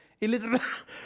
Elizabeth